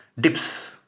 dips